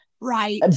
Right